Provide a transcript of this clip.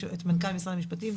מנכ"ל משרד המשפטים,